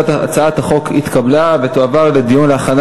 הצעת החוק התקבלה ותועבר לדיון ולהכנה